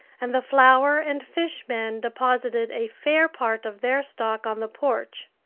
and the flower and fish-men deposited a fair part of their stock on the porch.